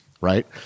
right